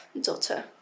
daughter